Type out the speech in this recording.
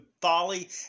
folly